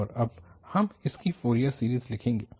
और अब हम इसकी फ़ोरियर सीरीज लिखेंगे